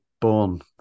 born